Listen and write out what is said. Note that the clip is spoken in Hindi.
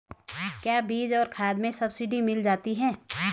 क्या बीज और खाद में सब्सिडी मिल जाती है?